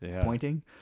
pointing